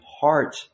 heart